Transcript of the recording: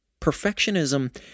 Perfectionism